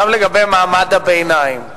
לגבי מעמד הביניים,